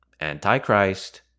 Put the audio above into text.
antichrist